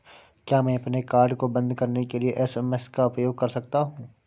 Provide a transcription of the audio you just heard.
क्या मैं अपने कार्ड को बंद कराने के लिए एस.एम.एस का उपयोग कर सकता हूँ?